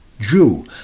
Jew